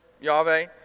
Yahweh